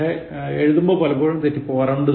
പക്ഷേ എഴുതുമ്പോൾ പലപ്പോഴും തെറ്റിപ്പോകാറുണ്ട്